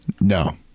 No